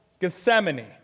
Gethsemane